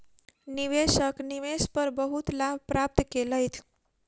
निवेशक निवेश पर बहुत लाभ प्राप्त केलैथ